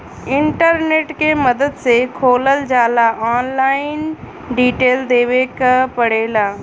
internet के मदद से खोलल जाला ऑनलाइन डिटेल देवे क पड़ेला